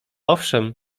owszem